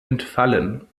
entfallen